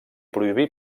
prohibí